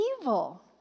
Evil